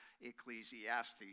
ecclesiastes